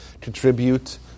contribute